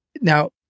Now